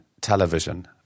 television